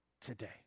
today